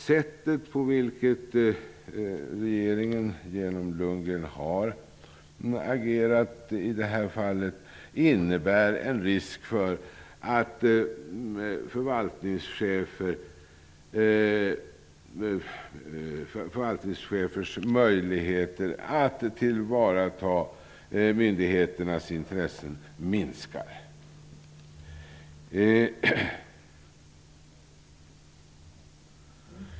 Sättet på vilket regeringen genom Bo Lundgren har agerat i det här fallet innebär en risk för att förvaltningschefers möjligheter att tillvarata myndigheternas intressen minskar.